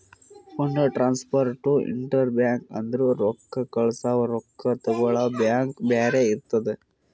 fund transfer to interbank ಅಂದುರ್ ರೊಕ್ಕಾ ಕಳ್ಸವಾ ರೊಕ್ಕಾ ತಗೊಳವ್ ಬ್ಯಾಂಕ್ ಬ್ಯಾರೆ ಇರ್ತುದ್